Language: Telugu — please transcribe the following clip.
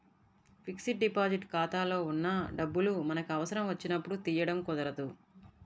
ఫిక్స్డ్ డిపాజిట్ ఖాతాలో ఉన్న డబ్బులు మనకి అవసరం వచ్చినప్పుడు తీయడం కుదరదు